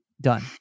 done